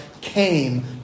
came